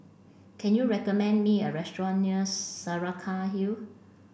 can you recommend me a restaurant near Saraca Hill